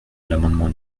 l’amendement